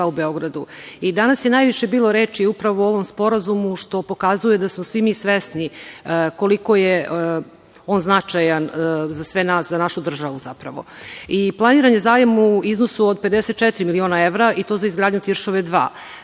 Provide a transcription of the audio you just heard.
u Beogradu. Danas je najviše bilo reči upravo o ovom sporazumu, što pokazuje da smo svi mi svesni koliko je on značajan za sve nas, za našu državu zapravo. Planiran je zajam u iznosu od 54 miliona evra i to za izgradnju Tiršove 2